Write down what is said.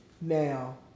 now